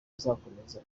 uzakomeza